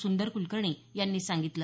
सुंदर कुलकर्णी यांनी सांगितलं